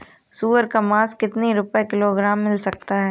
सुअर का मांस कितनी रुपय किलोग्राम मिल सकता है?